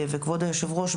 כבוד היושב-ראש,